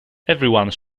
everyone